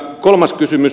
kolmas kysymys